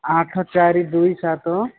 ଆଠ ଚାରି ଦୁଇ ସାତ